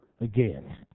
again